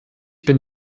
bin